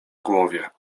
głowie